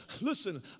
listen